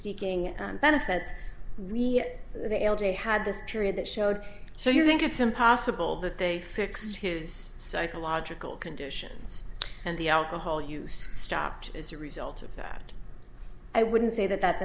seeking benefits really they l j had this period that showed so you think it's impossible that they fixed his psychological conditions and the alcohol use stopped as a result of that i wouldn't say that that's